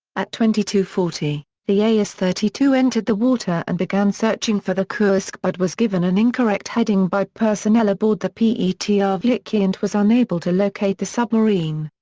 at twenty two forty, the as thirty two entered the water and began searching for the kursk but was given an incorrect heading by personnel aboard the petr ah velikiy and was unable to locate the submarine.